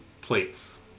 plates